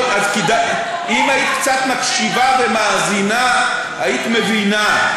אם היית קצת מקשיבה ומאזינה היית מבינה,